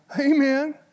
Amen